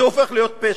זה הופך להיות פשע.